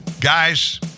Guys